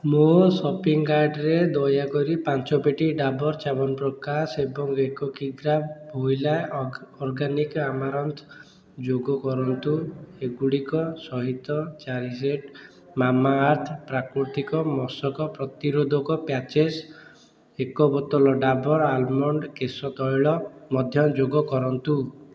ମୋ ସପିଂ କାର୍ଟ୍ରେ ଦୟାକରି ପାଞ୍ଚ ପେଟି ଡ଼ାବର୍ ଚ୍ୟବନପ୍ରାଶ୍ ଏବଂ ଏକ କିଗ୍ରା ଭୋଇଲା ଅର୍ଗାନିକ୍ ଆମାରନ୍ଥ୍ ଯୋଗ କରନ୍ତୁ ଏଗୁଡ଼ିକ ସହିତ ଚାରି ସେଟ୍ ମାମାଆର୍ଥ ପ୍ରାକୃତିକ ମଶକ ପ୍ରତିରୋଧକ ପ୍ୟାଚେସ୍ ଏକ ବୋତଲ ଡ଼ାବର୍ ଆଲମଣ୍ଡ୍ କେଶ ତୈଳ ମଧ୍ୟ ଯୋଗ କରନ୍ତୁ